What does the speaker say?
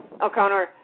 O'Connor